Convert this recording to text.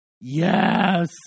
yes